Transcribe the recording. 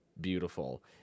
beautiful